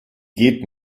geht